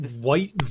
white